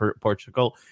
Portugal